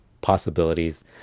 possibilities